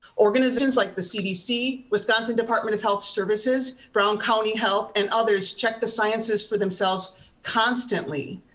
organizations like the cdc, wisconsin department of health services, brown county health and others check the sciences for themselves constantly.